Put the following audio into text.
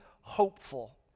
hopeful